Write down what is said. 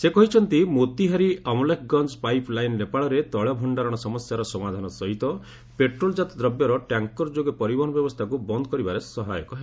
ସେ କହିଛନ୍ତି Motihari Amlekhganj pipe line ନେପାଳରେ ତେିଳ ଭକ୍ଷାରଣ ସମସ୍ୟାର ସମାଧାନ ସହିତ ପେଟ୍ରୋଲ୍ଜାତ ଦ୍ରବ୍ୟର ଟ୍ୟାଙ୍କର୍ ଯୋଗ ପରିବହନ ବ୍ୟବସ୍ଥାକୁ ବନ୍ଦ୍ କରିବାରେ ସହାୟକ ହେବ